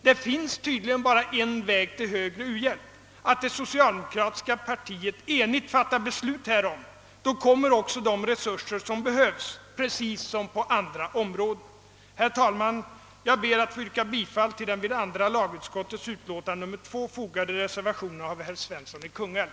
Det finns tydligen bara en väg till större u-hjälp, nämligen att det socialdemokratiska partiet enigt fattar beslut härom. Då kommer också de resurser som behövs, precis som på andra områden. Herr talman! Jag ber att få yrka bifall till den vid andra lagutskottets utlåtande nr 2 fogade reservationen av herr Svensson i Kungälv.